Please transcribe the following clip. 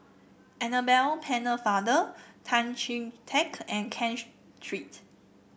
Annabel Pennefather Tan Chee Teck and Ken Street